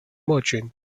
merchant